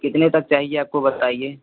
कितने तक चाहिए आपको बताइए